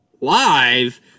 Live